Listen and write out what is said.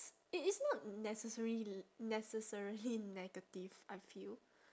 it is not necessaril~ necessarily negative I feel